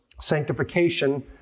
sanctification